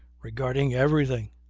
regarding everything.